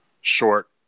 short